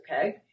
Okay